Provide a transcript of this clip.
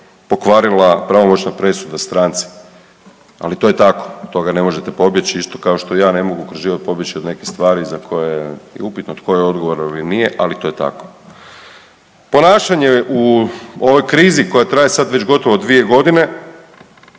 pokvarila pravomoćna presuda stranci, ali to je tako od toga ne možete pobjeći isto kao što ja ne mogu kroz život pobjeći od nekih stvari za koje je upitnu tko je odgovoran ili nije, ali to je tako. Ponašanje u ovoj krizi koja traje sad već gotovo dvije godine